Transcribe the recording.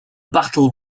battle